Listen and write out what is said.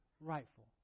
rightful